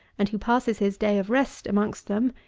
and who passes his day of rest amongst them,